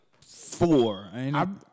four